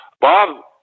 Bob